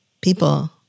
People